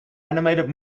animated